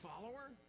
follower